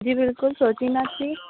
जी बिल्कुलु सोचींदासीं